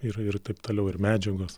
ir ir taip toliau ir medžiagos